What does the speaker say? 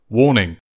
Warning